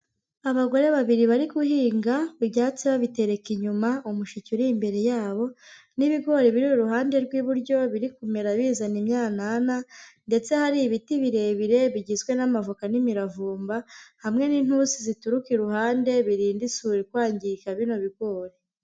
Abagore babiri bari guhinga ibyatsi babitereka inyuma, umushike uri imbere yabo, n'ibigori biri iruhande rw'iburyo biri kumera bizana imyanana, ndetse hari ibiti birebire bigizwe n'amavoka n'imiravumba hamwe n'intusi zituruka iruhande, birinda isuri kwangirika bino bigori.